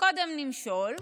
קודם נמשול,